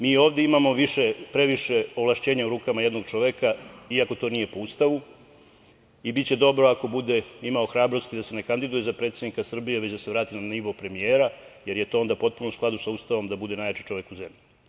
Mi ovde imamo previše ovlašćenja u rukama jednog čoveka, iako to nije po Ustavu, i biće dobro ako bude imao hrabrosti da se ne kandiduje za predsednika Srbije, već da se vrati na nivo premijera, jer je to onda potpuno u skladu sa Ustavom da bude najjači čovek u zemlji.